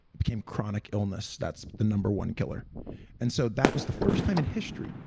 it became chronic illness, that's the number one killer and so that was the first time in history,